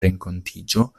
renkontiĝo